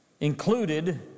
included